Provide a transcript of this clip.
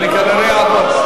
ואני כנראה אעבור,